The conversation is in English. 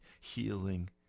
healing